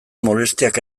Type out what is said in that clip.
molestiak